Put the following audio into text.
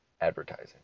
advertising